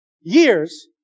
years